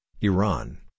Iran